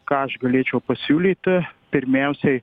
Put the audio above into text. ką aš galėčiau pasiūlyti pirmiausiai